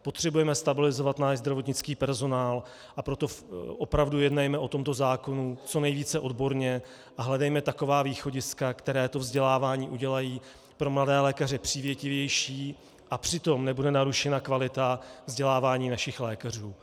Potřebujeme stabilizovat náš zdravotnický personál, a proto opravdu jednejme o tomto zákonu co nejvíce odborně a hledejme taková východiska, která to vzdělávání udělají pro mladé lékaře přívětivější, a přitom nebude narušena kvalita vzdělávání našich lékařů.